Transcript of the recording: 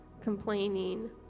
complaining